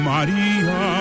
Maria